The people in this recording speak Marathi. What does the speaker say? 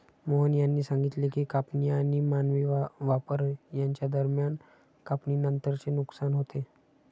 मोहन यांनी सांगितले की कापणी आणि मानवी वापर यांच्या दरम्यान कापणीनंतरचे नुकसान होते